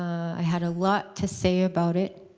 i had a lot to say about it.